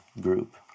group